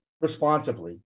responsibly